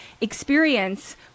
experience